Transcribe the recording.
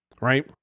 Right